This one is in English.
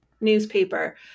newspaper